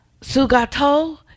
Sugato